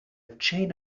chain